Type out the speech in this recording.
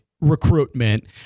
recruitment